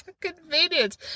convenient